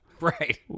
right